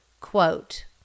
Quote